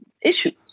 issues